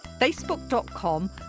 facebook.com